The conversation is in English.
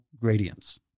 gradients